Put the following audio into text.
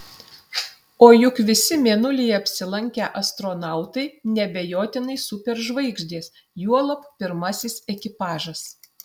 o juk visi mėnulyje apsilankę astronautai neabejotinai superžvaigždės juolab pirmasis ekipažas